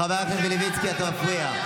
חבר הכנסת מלביצקי, אתה מפריע.